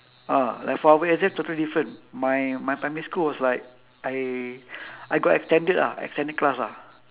ah like for our exam totally different my my primary school was like I I got extended ah extended class ah